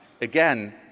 Again